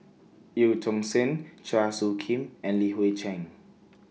EU Tong Sen Chua Soo Khim and Li Hui Cheng